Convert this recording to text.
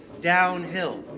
downhill